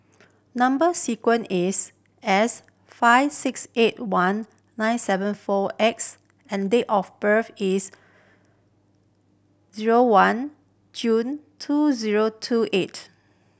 number sequence is S five six eight one nine seven four X and date of birth is zero one June two zero two eight